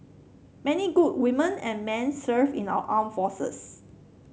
many good women and men serve in our armed forces